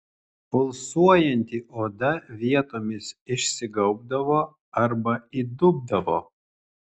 pulsuojanti oda vietomis išsigaubdavo arba įdubdavo